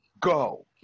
Go